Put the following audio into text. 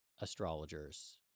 astrologers